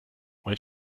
when